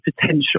potential